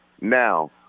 Now